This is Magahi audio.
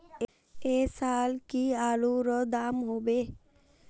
ऐ साल की आलूर र दाम होबे?